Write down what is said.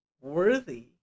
worthy